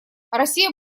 россия